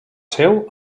seu